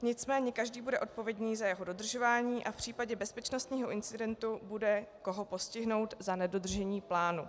Nicméně každý bude odpovědný za jeho dodržování a v případě bezpečnostního incidentu bude koho postihnout za nedodržení plánu.